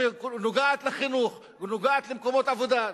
שנוגעת לחינוך ונוגעת למקומות עבודה,